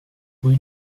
rue